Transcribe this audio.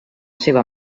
seva